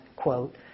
quote